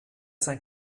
sein